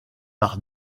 par